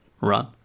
run